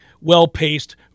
well-paced